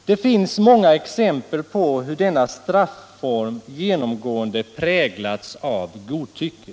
Det finns många exempel på hur denna strafform genomgående präglas av godtycke.